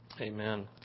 Amen